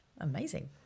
Amazing